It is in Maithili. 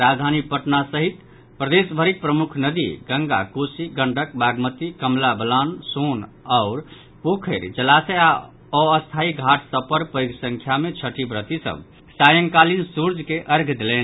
राजधानी पटना सहित प्रदेश भरिक प्रमुख नदि गंगा कोसी गंडक बागमती कमला बलान सोन आओर पोखरि जलाशय आ अस्थायी घाट सभ पर पैघ संख्या मे छठि व्रति सभ सायंकालिन सूर्य के अर्ध्य देलनि